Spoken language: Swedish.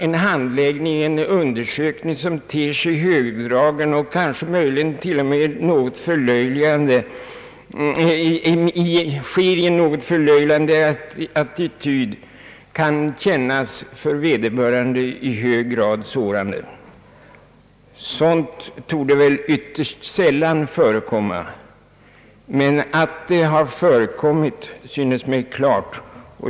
En handläggning och undersökning som ter sig högdragen, översittarartad och förlöjligande kan kännas i hög grad sårande för vederbörande. Sådant torde sannolikt sällan förekomma, men att det har förekommit synes mig klart.